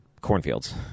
cornfields